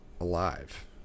alive